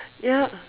ya